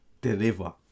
deliver